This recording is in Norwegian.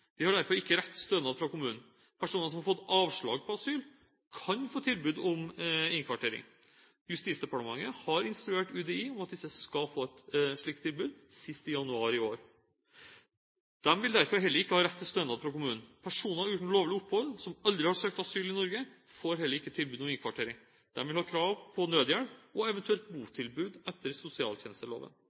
De har derfor ikke rett til stønad fra kommunen. Personer som har fått avslag på asyl, kan få tilbud om innkvartering. Justisdepartementet har instruert UDI om at disse skal få slikt tilbud, sist i januar i år. De vil derfor heller ikke ha rett til stønad fra kommunen. Personer uten lovlig opphold som aldri har søkt asyl i Norge, får heller ikke tilbud om innkvartering. De vil ha krav på nødhjelp og eventuelt botilbud etter sosialtjenesteloven.